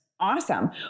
awesome